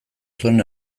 zuen